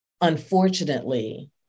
unfortunately